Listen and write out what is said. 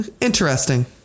interesting